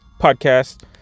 podcast